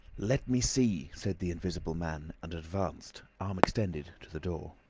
let me see, said the invisible man, and advanced, arm extended, to the door.